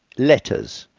letters,